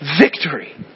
victory